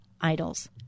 idols